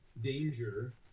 danger